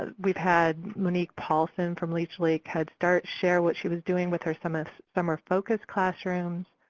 ah we've had monique paulson from leech-lake head start share what she was doing with her summer so summer focused classrooms.